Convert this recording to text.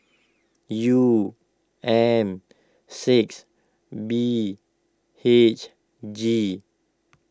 U M six B H G